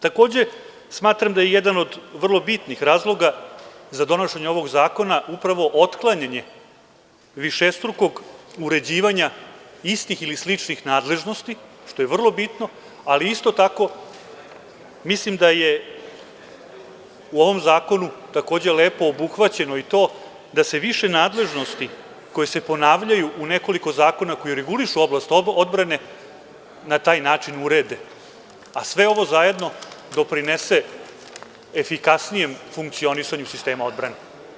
Takođe, smatram da je jedan od vrlo bitnih razloga za donošenje ovog zakona upravo otklanjanje višestrukog uređivanja istih ili sličnih nadležnosti, što je vrlo bitno, ali isto tako mislim da je u ovom zakonu takođe lepo obuhvaćeno i to da se više nadležnosti koje se ponavljaju u nekoliko zakona koji regulišu oblast odbrane, na taj način urede, a sve ovo zajedno doprinese efikasnijem funkcionisanju sistema odbrane.